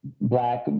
black